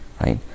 Right